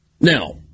Now